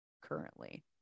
currently